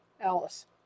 Alice